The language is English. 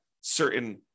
certain